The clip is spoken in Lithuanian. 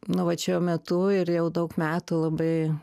nu vat šiuo metu ir jau daug metų labai